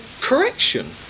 correction